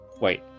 Wait